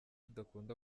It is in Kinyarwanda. udakunda